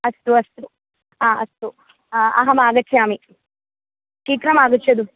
अस्तु अस्तु हा अस्तु अहमागच्छामि शीघ्रम् आगच्छतु